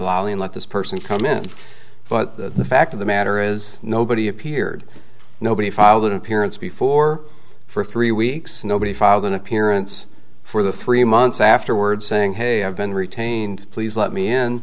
and let this person come in but the fact of the matter is nobody appeared nobody filed an appearance before for three weeks nobody filed an appearance for the three months afterwards saying hey i've been retained please let me in